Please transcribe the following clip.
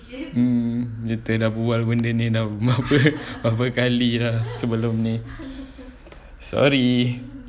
mm kita dah bual benda ni dah dah berapa kali dah sebelum ni sorry